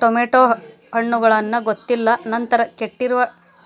tomato ಹಣ್ಣುಗಳನ್ನ ಗೊತ್ತಿಲ್ಲ ನಂತರ ಕೆಟ್ಟಿರುವ